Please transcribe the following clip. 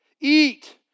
eat